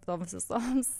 toms visoms